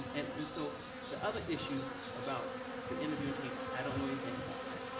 and the so the other issues about the interviewing team, i don't know anything about that.